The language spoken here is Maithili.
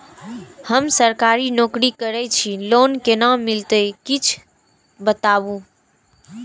हम सरकारी नौकरी करै छी लोन केना मिलते कीछ बताबु?